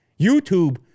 YouTube